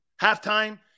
halftime